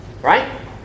Right